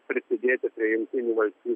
prisidėti prie jungtinių valstijų